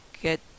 get